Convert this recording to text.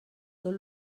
tot